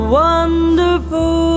wonderful